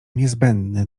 niezbędny